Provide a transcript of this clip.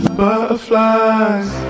butterflies